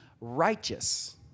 righteous